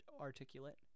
articulate